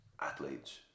athletes